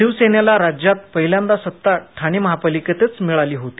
शिवसेनेला राज्यात पहिल्यांदा सत्ता ठाणे महानगरपालीकेतच मिळाली होती